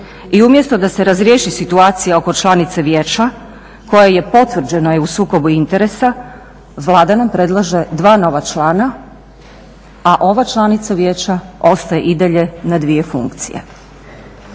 I umjesto da se razriješi situacija oko članice vijeća koja je potvrđena i u sukobu interesa Vlada nam predlaže dva nova člana a ova članica vijeća ostaje i dalje na dvije funkcije.